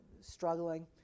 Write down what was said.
struggling